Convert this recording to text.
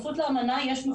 שהחקירות נגדם